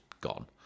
gone